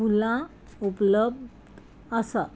फुलां उपलब्ध आसा